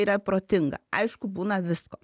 yra protinga aišku būna visko